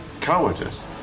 cowardice